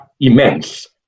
immense